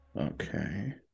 Okay